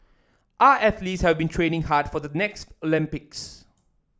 our athletes have been training hard for the next Olympics